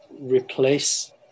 replace